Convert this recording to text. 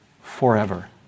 forever